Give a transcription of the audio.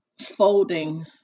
folding